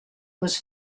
was